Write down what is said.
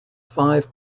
five